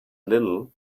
little